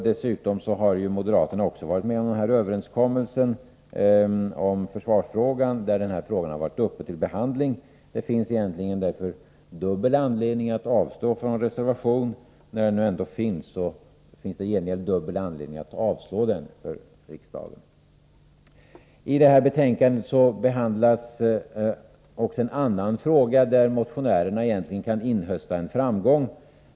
Dessutom har ju även moderaterna varit med om överenskommelsen i försvarsfrågan, där den här frågan har varit uppe till behandling. Det finns därför egentligen dubbel anledning att avstå från reservation; när den nu ändå finns, finns det dubbel anledning för riksdagen att avslå den. I detta betänkande behandlas också en annan fråga, där motionärerna kan inhösta en framgång.